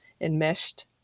enmeshed